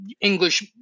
English